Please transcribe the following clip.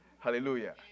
Hallelujah